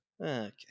Okay